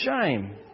shame